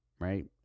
right